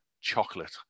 chocolate